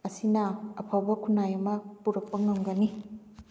ꯑꯁꯤꯅ ꯑꯐꯕ ꯈꯨꯟꯅꯥꯏ ꯑꯃ ꯄꯨꯔꯛꯄ ꯉꯝꯒꯅꯤ